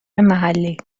محلی